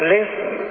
Listen